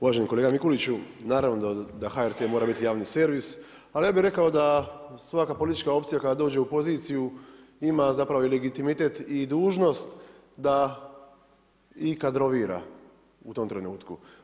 Uvaženi kolega Mikuliću, naravno da HRT mora biti javni servis ali ja bi rekao da svaka politička opcija koja dođe u poziciju ima zapravo legitimitet i dužnost da i kadrovira u tom trenutku.